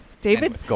david